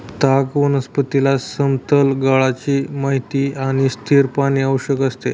ताग वनस्पतीला समतल गाळाची माती आणि स्थिर पाणी आवश्यक असते